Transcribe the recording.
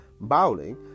Bowling